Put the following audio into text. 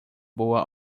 boa